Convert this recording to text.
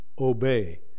obey